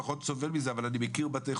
קופות החולים אומרות קחו אחורה ל-1.4 ובתי החולים